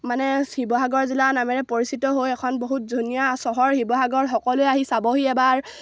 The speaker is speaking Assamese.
মানে শিৱসাগৰ জিলাৰ নামেৰে পৰিচিত হৈ এখন বহুত ধুনীয়া চহৰ শিৱসাগৰ সকলোৱে আহি চাবহি এবাৰ